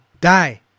die